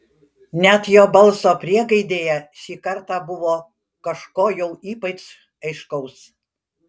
net jo balso priegaidėje šį kartą buvo kažko jau ypač aiškaus